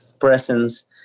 presence